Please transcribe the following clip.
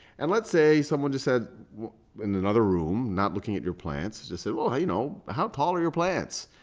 and let's say someone just said in another room, not looking at your plants, just said, well, you know, how tall are your plants?